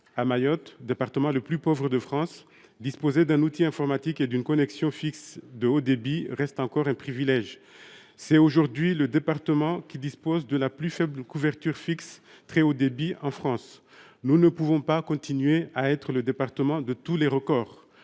à Mayotte, département le plus pauvre de France, disposer d’un outil informatique et d’une connexion fixe de haut débit reste un privilège. Il s’agit aujourd’hui du département disposant de la plus faible couverture fixe en très haut débit de France. Mayotte ne peut pas continuer à être le département de tous les records…